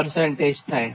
54 થાય